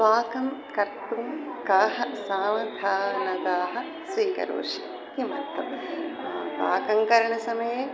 पाकं कर्तुं काः सावधानताः स्वीकरोषि किमर्थं पाककरणसमये